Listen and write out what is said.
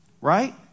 Right